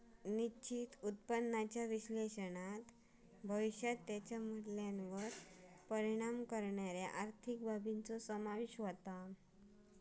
निश्चित उत्पन्नाच्या विश्लेषणात भविष्यात त्याच्या मूल्यावर परिणाम करणाऱ्यो आर्थिक बाबींचो समावेश होता